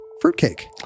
fruitcake